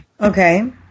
Okay